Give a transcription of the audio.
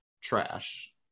trash